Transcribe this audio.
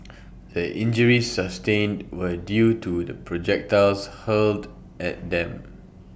the injuries sustained were due to projectiles hurled at them